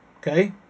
Okay